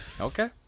Okay